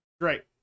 Great